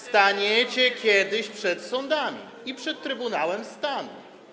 Staniecie kiedyś przed sądami i przed Trybunałem Stanu.